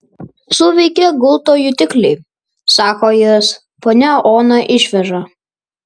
suveikė gulto jutikliai sako jis ponią oną išveža